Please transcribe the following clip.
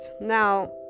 now